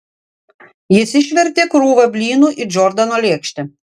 jis išvertė krūvą blynų į džordano lėkštę